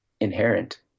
inherent